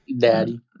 Daddy